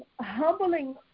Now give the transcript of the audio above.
humbling